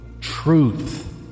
truth